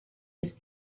his